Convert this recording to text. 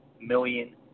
million